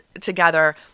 together